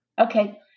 Okay